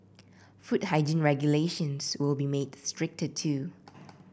food hygiene regulations will be made stricter too